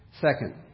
Second